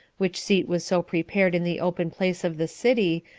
which seat was so prepared in the open place of the city,